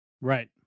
Right